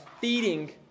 feeding